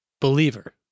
Believer